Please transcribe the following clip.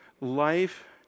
life